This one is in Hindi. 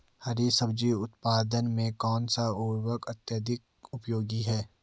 हरी सब्जी उत्पादन में कौन सा उर्वरक अत्यधिक उपयोगी है?